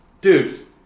Dude